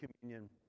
communion